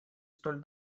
столь